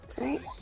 right